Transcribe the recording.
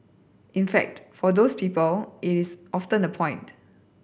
in fact for those people it is often the point